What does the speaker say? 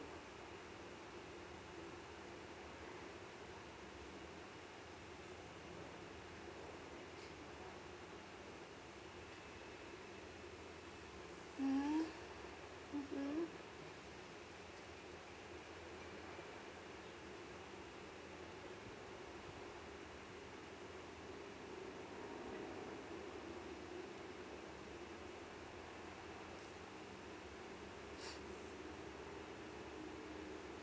mmhmm mmhmm